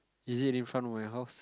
is it in front of my house